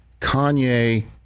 kanye